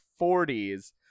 40s